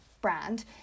brand